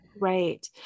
Right